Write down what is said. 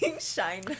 shine